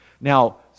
Now